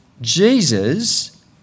Jesus